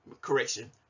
correction